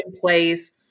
place